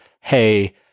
hey